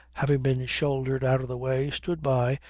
having been shouldered out of the way, stood by,